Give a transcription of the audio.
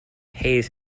hayes